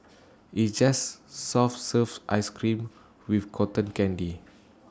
it's just soft serve Ice Cream with Cotton Candy